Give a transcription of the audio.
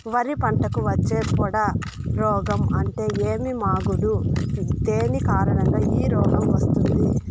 వరి పంటకు వచ్చే పొడ రోగం అంటే ఏమి? మాగుడు దేని కారణంగా ఈ రోగం వస్తుంది?